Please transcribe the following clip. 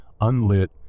unlit